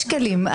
יש כלים.